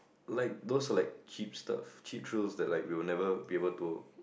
like those like cheap stuff cheap thrills like we will never be able to